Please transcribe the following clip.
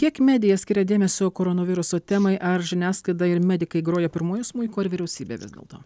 kiek medija skiria dėmesio koronaviruso temai ar žiniasklaida ir medikai groja pirmuoju smuiku ar vyriausybė vis dėlto